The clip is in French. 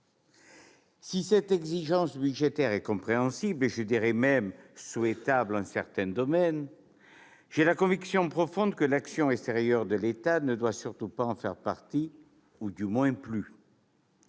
Si cette exigence budgétaire est compréhensible, et même souhaitable en certains domaines, j'ai la conviction profonde que l'action extérieure de l'État ne doit surtout pas- ou surtout plus